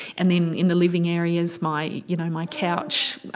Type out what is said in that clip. and then in the living areas, my you know my couch,